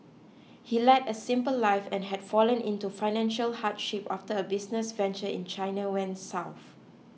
he led a simple life and had fallen into financial hardship after a business venture in China went south